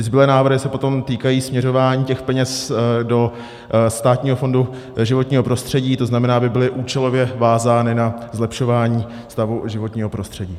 Zbylé návrhy se potom týkají směřování těch peněz do Státního fondu životního prostředí, to znamená, aby byly účelově vázány na zlepšování stavu životního prostředí.